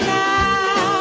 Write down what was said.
now